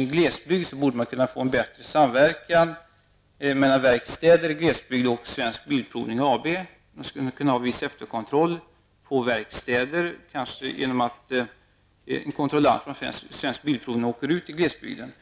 i glesbygd anser miljöpartiet att man borde kunna få en bättre samverkan mellan verkstäder i glesbygd och AB Svensk Bilprovning. Det skulle kunna ske en viss efterkontroll på verkstäder, kanske genom att en kontrollant från Svensk Bilprovning åker ut till glesbygden.